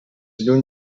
lluny